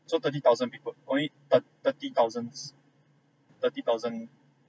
so thirty thousand people only thir~ thirty thousands thirty thousand